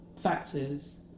factors